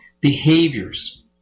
behaviors